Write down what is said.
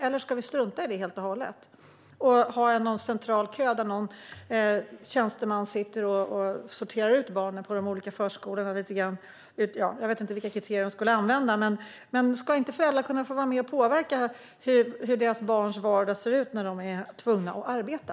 Eller ska vi strunta i det helt och hållet och ha en central kö där någon tjänsteman sitter och sorterar ut barnen på de olika förskolorna enligt vissa - jag vet inte vilka de skulle använda - kriterier? Ska inte föräldrar kunna vara med och påverka hur deras barns vardag ser ut när de själva är tvungna att arbeta?